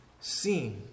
seen